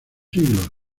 siglos